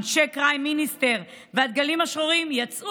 אנשי Crime Minister והדגלים השחורים יצרו